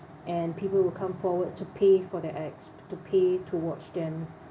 and people will come forward to pay for the acts to pay to watch them